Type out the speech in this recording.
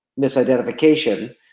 misidentification